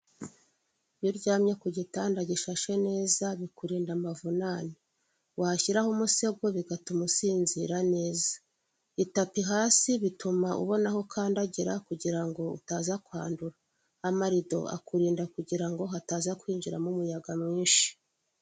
Iyo uryamye ku gitanda gishashe neza bikurinda amavunane, washyiraho umusego bigatuma usinzira neza, itapi hasi bituma ubona aho ukandagira kugira ngo utaza kwandura, amarido akurinda kugira ngo hataza kwinjiramo umuyaga mwinshi.